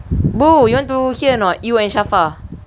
bro you want to hear or not you and shafa